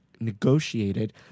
negotiated